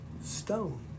Stone